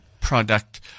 product